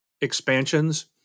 expansions